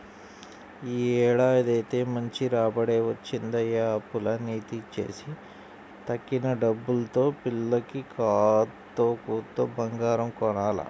యీ ఏడాదైతే మంచి రాబడే వచ్చిందయ్య, అప్పులన్నీ తీర్చేసి తక్కిన డబ్బుల్తో పిల్లకి కాత్తో కూత్తో బంగారం కొనాల